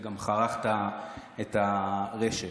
זה חרך גם את הרשת.